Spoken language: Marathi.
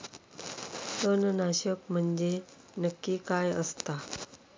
तणनाशक म्हंजे नक्की काय असता?